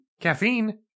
caffeine